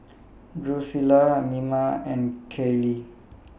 Drusilla Mima and Kailee